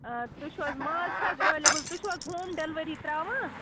تُہۍ چھُو حظ ماز چھِ حظ اٮ۪ویلیبٕل تُہۍ چھُو حظ ہوم ڈیٚلؤری ترٛاوان